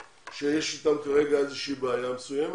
יש 1,044 לומדים שיש איתם כרגע איזה שהיא בעיה מסוימת